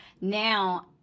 now